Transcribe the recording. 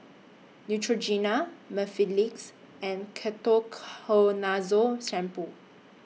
Neutrogena Mepilex and Ketoconazole Shampoo